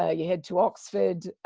ah you head to oxford.